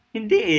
Hindi